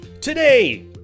Today